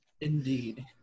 Indeed